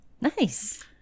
Nice